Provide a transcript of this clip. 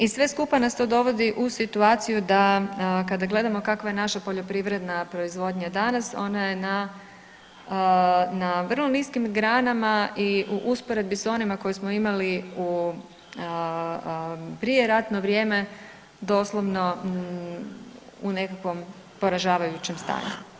I sve skupa nas to dovodi u situaciju da kada gledamo kakva je naša poljoprivredna proizvodnja danas, ona je na, na vrlo niskim granama i u usporedbi s onima koje smo imali u prijeratno vrijeme doslovno u nekakvom poražavajućem stanju.